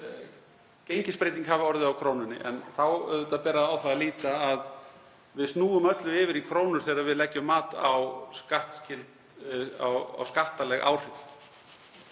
það að gengisbreyting hafi orðið á krónunni. En þá ber á það að líta að við snúum öllu yfir í krónur þegar við leggjum mat á skattaleg áhrif.